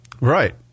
Right